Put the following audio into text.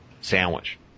sandwich